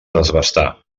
desbastar